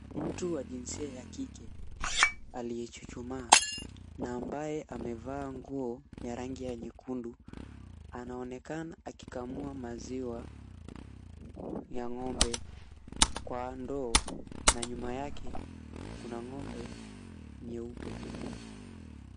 Mtu wa jinsia ya kike aliyechuchumaa na ambaye amevaa nguo ya rangi ya nyekundu, anaonekana akikamua maziwa ya ng'ombe kwa ndoo na nyuma yake kuna ng'ombe nyeupe.